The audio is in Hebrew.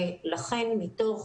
לכן מתוך